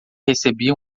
recebi